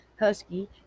husky